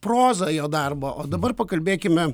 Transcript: prozą jo darbo o dabar pakalbėkime